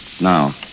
Now